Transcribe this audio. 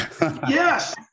yes